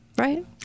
Right